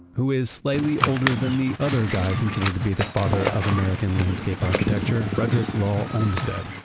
who is slightly older than the other guy considered to be the father of american landscape architecture, frederick law olmsted.